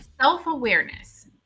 self-awareness